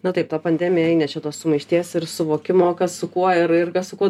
na taip ta pandemija įnešė sumaišties ir suvokimo kas su kuo ir ir su kuo